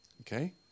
Okay